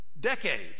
decades